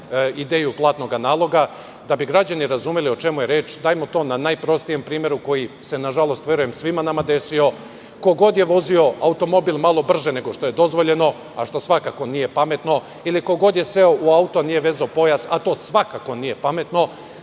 ideju platnog naloga. Da bi građani razumeli o čemu je reč, dajem to na najprostijem primeru koji je nažalost verujem svima nama desio. Ko god je vozio automobil malo brže nego što je dozvoljeno, a što svakako nije pametno, ili ko god je seo u auto i nije vezao pojas, a to svakako nije pametno,